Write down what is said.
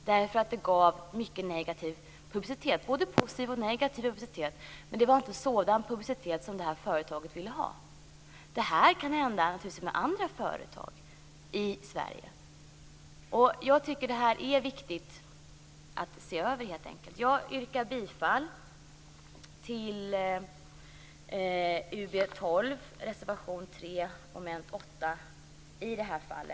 Samarbetet gav både positiv och negativ publicitet, men det var inte sådan publicitet som det här företaget ville ha. Det här kan naturligtvis hända med andra företag i Sverige. Jag tycker helt enkelt att det är viktigt att se över detta. Jag yrkar i det här fallet bifall till reservation 3